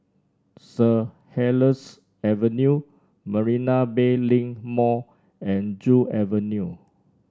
Sir Helier's Avenue Marina Bay Link Mall and Joo Avenue